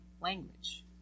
language